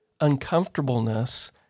uncomfortableness